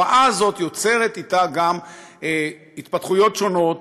התופעה הזאת יוצרת אתה גם התפתחויות שונות,